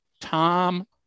Tom